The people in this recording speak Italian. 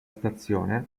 stazione